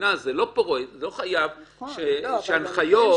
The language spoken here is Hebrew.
לא חייב שההנחיות --- לא,